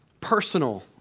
personal